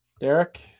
Derek